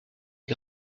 est